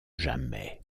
jamais